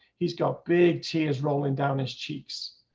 he's got big tears rolling down his cheeks.